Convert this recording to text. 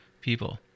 people